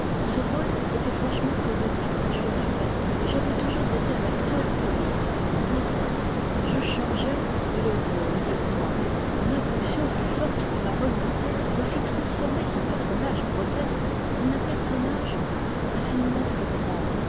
ce rôle était franchement comique je le répète et j'avais toujours été un acteur comique n'importe je changeai et le rôle avec moi une impulsion plus forte que ma volonté me fit transformer ce personnage grotesque en un personnage infiniment plus grand